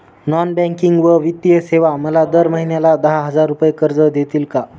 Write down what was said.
Non banking व वित्तीय सेवा मला दर महिन्याला दहा हजार रुपये कर्ज देतील का?